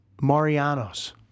Mariano's